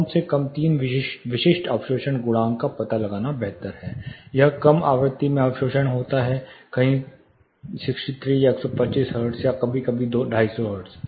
कम से कम तीन विशिष्ट अवशोषण गुणांक का पता लगाना बेहतर है यह कम आवृत्ति में अवशोषण होता है कहीं 63 या 125 हर्ट्ज या कभी कभी 250 हर्ट्ज